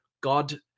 God